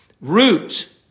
Root